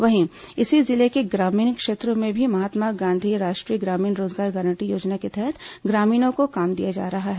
वहीं इसी जिले के ग्रामीण क्षेत्रों में भी महात्मा गांधी राष्ट्रीय ग्रामीण रोजगार गारंटी योजना के तहत ग्रामीणों को काम दिया जा रहा है